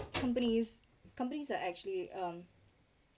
companies companies are actually um